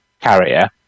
carrier